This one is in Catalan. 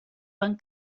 van